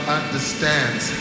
understands